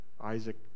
Isaac